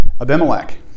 Abimelech